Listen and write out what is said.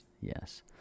Yes